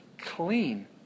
clean